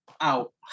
out